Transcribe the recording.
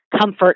Comfort